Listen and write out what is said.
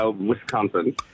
Wisconsin